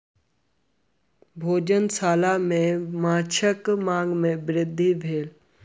भोजनालय में वन्य माँछक मांग में वृद्धि भेल